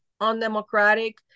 undemocratic